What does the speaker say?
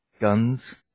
guns